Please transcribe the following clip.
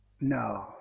No